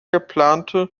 geplante